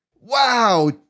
Wow